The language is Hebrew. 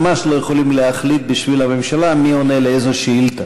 ממש לא יכולים להחליט בשביל הממשלה מי עונה על איזו שאילתה.